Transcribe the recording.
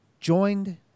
joined